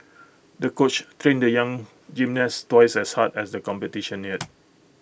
the coach trained the young gymnast twice as hard as the competition neared